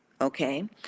okay